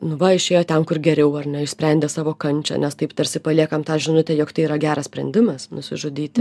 nu va išėjo ten kur geriau ar ne išsprendė savo kančią nes taip tarsi paliekam tą žinutę jog tai yra geras sprendimas nusižudyti